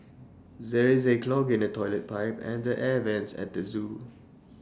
there is A clog in the Toilet Pipe and the air Vents at the Zoo